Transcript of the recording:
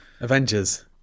Avengers